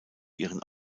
ihren